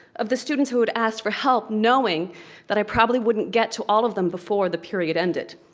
of the students who would ask for help knowing that i probably wouldn't get to all of them before the period ended.